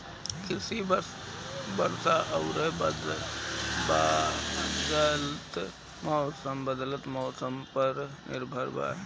कृषि वर्षा आउर बदलत मौसम पर निर्भर बा